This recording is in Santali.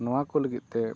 ᱱᱚᱣᱟᱠᱚ ᱞᱟᱹᱜᱤᱫᱼᱛᱮ